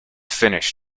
finish